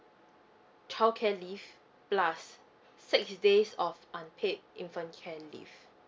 childcare leave plus six days of unpaid infant care leave